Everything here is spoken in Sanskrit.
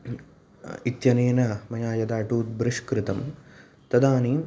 इत्यनेन मया यदा टुथब्रश् कृतं तदानीं